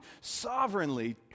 sovereignly